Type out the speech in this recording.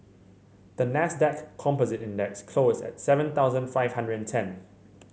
the Nasdaq Composite Index closed at seven thousand five hundred and ten